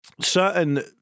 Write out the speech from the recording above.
certain